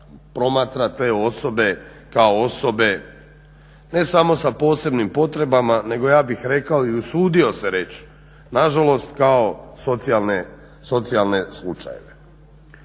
promatra te osobe kao osobe ne samo sa posebnim potrebama nego ja bih rekao i usudio se reći nažalost kao socijalne slučajeve.